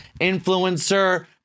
influencer